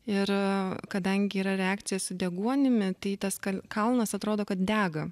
ir kadangi yra reakcija su deguonimi tai tas kalnas atrodo kad dega